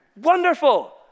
wonderful